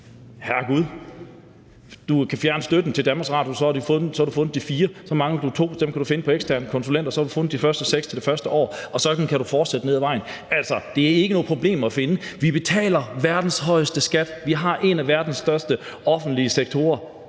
Herregud, du kan fjerne støtten til Danmarks Radio, og så har du fundet de 4 mia. kr., så mangler du 2 mia. kr., og dem kan du finde på eksterne konsulenter. Så har du fundet de første 6 mia. kr. til det første år, og sådan kan du fortsætte ned ad vejen. Altså, det er ikke noget problem at finde det. Vi betaler verdens højeste skat, vi har en af verdens største offentlige sektorer.